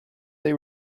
they